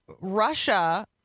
Russia